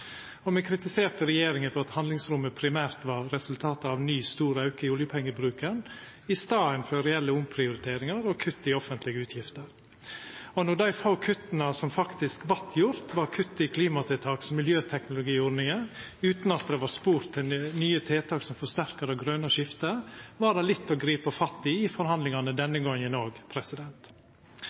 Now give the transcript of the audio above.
og me kritiserte regjeringa for at handlingsrommet primært var resultat av ein ny store auke i oljepengebruken i staden for reelle omprioriteringar og kutt i offentlege utgifter. Og når dei få kutta som faktisk vart gjorde, var kutt i klimatiltak som miljøteknologiordninga, utan noko spor til nye tiltak som forsterka det grøne skiftet, var det litt å gripa fatt i i forhandlingane denne gongen òg. Me bør vera såpass måtehaldne med superlativane og